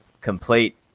complete